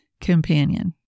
companion